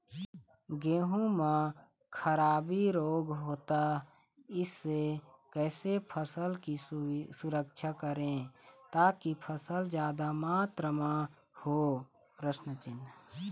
गेहूं म खराबी रोग होता इससे कैसे फसल की सुरक्षा करें ताकि फसल जादा मात्रा म हो?